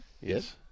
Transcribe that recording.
Yes